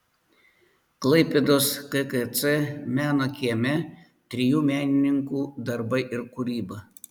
klaipėdos kkc meno kieme trijų menininkų darbai ir kūryba